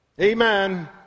amen